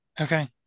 okay